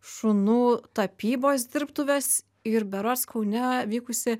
šunų tapybos dirbtuves ir berods kaune vykusį